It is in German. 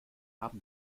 haben